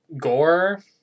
gore